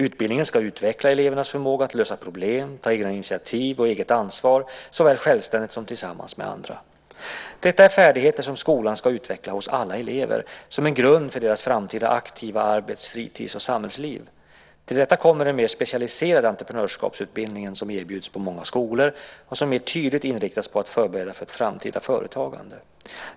Utbildningen ska utveckla elevernas förmåga att lösa problem, ta egna initiativ och eget ansvar, såväl självständigt som tillsammans med andra. Detta är färdigheter som skolan ska utveckla hos alla elever, som en grund för deras framtida aktiva arbets-, fritids och samhällsliv. Till detta kommer den mer specialiserade entreprenörskapsutbildningen, som erbjuds på många skolor och som mer tydligt inriktas på att förbereda för ett framtida företagande.